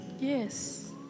Yes